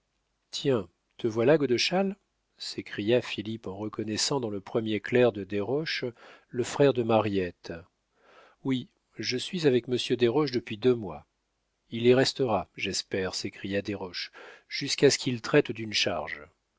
tiens te voilà godeschal s'écria philippe en reconnaissant dans le premier clerc de desroches le frère de mariette oui je suis avec monsieur desroches depuis deux mois il y restera j'espère s'écria desroches jusqu'à ce qu'il traite d'une charge